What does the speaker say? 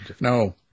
no